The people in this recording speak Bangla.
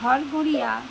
ঘরগড়িয়া